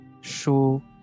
show